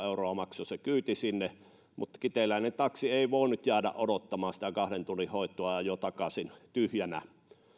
euroa maksoi se kyyti sinne mutta kiteeläinen taksi ei voinut jäädä odottamaan sitä kahden tunnin hoitoa vaan ajoi takaisin tyhjänä